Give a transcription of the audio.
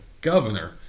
governor